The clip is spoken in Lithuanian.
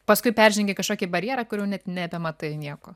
paskui peržengi kažkokį barjerą kur jau net nebematai nieko